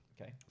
Okay